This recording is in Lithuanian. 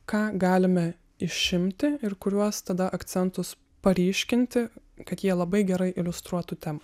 ką galime išimti ir kuriuos tada akcentus paryškinti kad jie labai gerai iliustruotų temą